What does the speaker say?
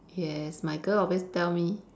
yes my girl always tell me